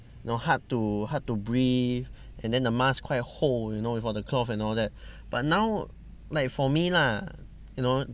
know hard to hard to breathe and then the mask quite 厚 you know got the clothe and all that but now like for me lah you know